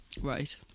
Right